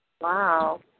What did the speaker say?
Wow